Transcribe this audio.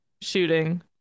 Shooting